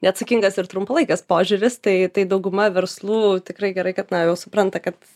neatsakingas ir trumpalaikis požiūris tai tai dauguma verslų tikrai gerai kad na jau supranta kad